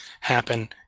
happen